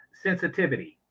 Sensitivity